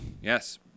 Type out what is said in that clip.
Yes